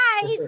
guys